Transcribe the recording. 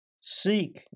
Seek